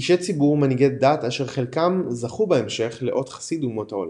אישי ציבור ומנהיגי דת אשר חלקם זכו בהמשך לאות חסיד אומות העולם.